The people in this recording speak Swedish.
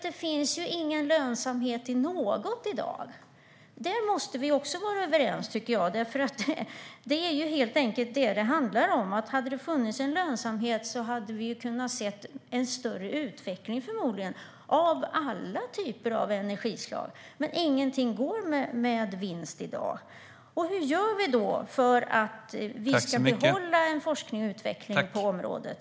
Det finns ju ingen lönsamhet i något i dag. Det måste vi också vara överens om, tycker jag, för det är ju vad det handlar om. Hade det funnits en lönsamhet hade vi förmodligen kunnat se en större utveckling av alla energislag. Men ingenting går med vinst i dag. Hur gör vi då för att behålla forskning och utveckling på området?